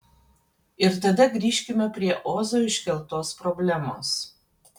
ir tada grįžkime prie ozo iškeltos problemos